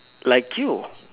like you